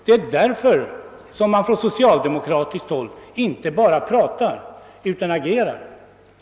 Det är därför vi på socialdemokratiskt håll inte bara pratar utan handlar.